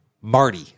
Marty